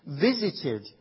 visited